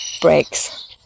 breaks